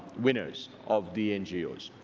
winners of the ngos.